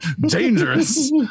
dangerous